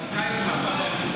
יהיה לך זמן,